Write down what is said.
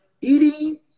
eating